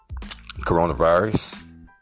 coronavirus